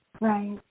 Right